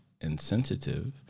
insensitive